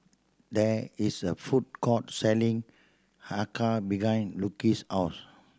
there is a food court selling acar behind Lucio's house